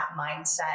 mindset